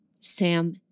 Sam